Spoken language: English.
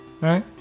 right